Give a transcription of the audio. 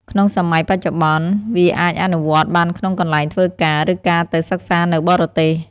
ក្នុងសម័យបច្ចុប្បន្ន វាអាចអនុវត្តបានក្នុងកន្លែងធ្វើការ ឬការទៅសិក្សានៅបរទេស។